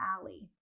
alley